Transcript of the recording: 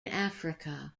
africa